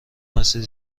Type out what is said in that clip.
مسیر